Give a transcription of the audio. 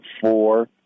four